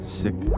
sick